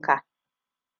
ka